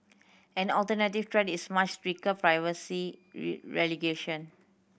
an alternative threat is much stricter privacy